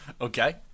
Okay